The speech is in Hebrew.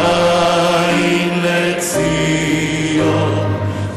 כבוד הנשיא הנבחר.